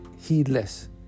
heedless